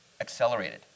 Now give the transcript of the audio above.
accelerated